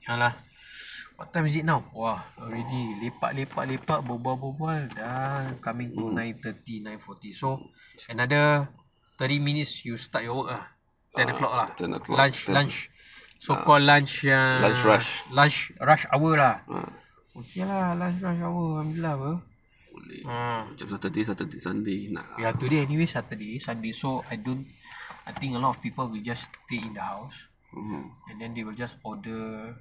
later lah what time is it now !wah! already lepak lepak lepak berbual berbual berbual dah coming to nine thirty nine forty so another thirty minutes you start your work ah ten o'clock ah lunch lunch so call lunch ya lunch hour okay lah lunch lunch lunch hour uh ya today anyways saturday sunday so I don't I think a lot of people will just stay in the house and then they will just order